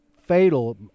fatal